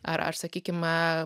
ar sakykime